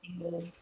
single